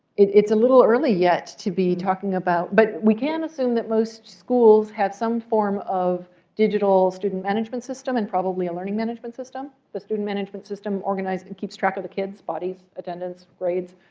it's a little early yet to be talking about but we can assume that most schools have some form of digital student management system and probably a learning management system. the student management system organized and keeps track of the kids bodies, attendance, grades,